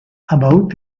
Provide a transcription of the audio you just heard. about